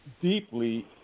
deeply